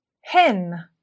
Hen